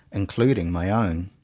including my own.